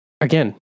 again